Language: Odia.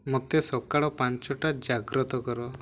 ମୋତେ ସକାଳ ପାଞ୍ଚଟା ଜାଗ୍ରତ କର